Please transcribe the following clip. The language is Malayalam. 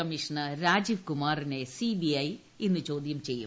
കമ്മീഷണർ രാജീവ് കുമാറിനെ സിബിഐ ഇന്നും ചോദ്യം ചെയ്യും